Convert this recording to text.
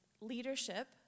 leadership